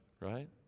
right